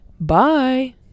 bye